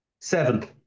seven